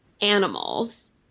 animals